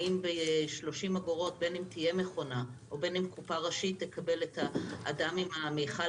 האם בין תהיה מכונה או בין קופה ראשית תקבל את האדם עם המכל